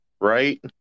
right